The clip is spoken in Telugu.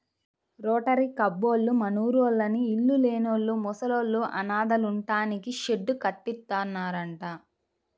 రోటరీ కబ్బోళ్ళు మనూర్లోని ఇళ్ళు లేనోళ్ళు, ముసలోళ్ళు, అనాథలుంటానికి షెడ్డు కట్టిత్తన్నారంట